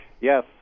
Yes